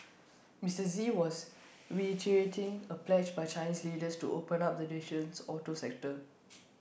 Mister Xi was reiterating A pledge by Chinese leaders to open up the nation's auto sector